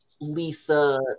Lisa